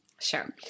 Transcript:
Sure